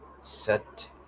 set